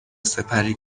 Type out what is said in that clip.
سپری